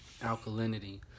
alkalinity